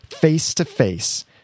face-to-face